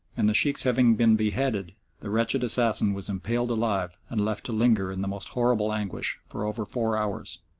and the sheikhs having been beheaded the wretched assassin was impaled alive and left to linger in the most horrible anguish for over four hours.